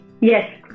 Yes